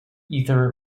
ether